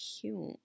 cute